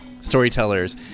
storytellers